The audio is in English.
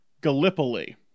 Gallipoli